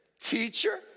teacher